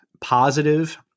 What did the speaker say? positive